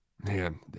Man